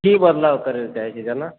कि बदलाव करै के चाहै छी जेना